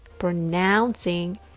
pronouncing